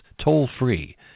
toll-free